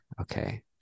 okay